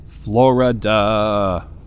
Florida